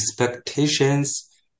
expectations